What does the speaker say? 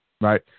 Right